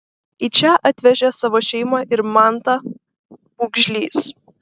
į čia atvežė savo šeimą ir mantą pūgžlys